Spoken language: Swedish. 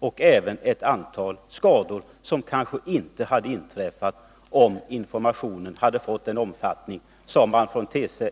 Vi tror även att man riskerar ett antal skador, som kanske inte hade inträffat om informationen hade fått den omfattning som man från